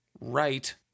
right